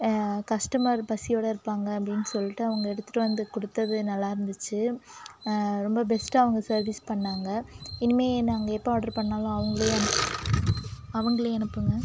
customer பசியோடு இருப்பாங்க அப்படின் சொல்லிட்டு அவங்க எடுத்துகிட்டு வந்து கொடுத்தது நல்லாயிருந்துச்சு ரொம்ப பெஸ்ட்டாக அவங்க சர்வீஸ் பண்ணிணாங்க இனிமேல் நாங்கள் எப்போ ஆர்ட்ரு பண்ணிணாலும் அவங்களே அனுப் அவங்களே அனுப்புங்க